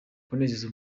kunezeza